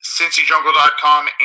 CincyJungle.com